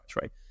right